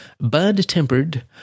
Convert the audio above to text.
bad-tempered